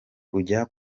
kujya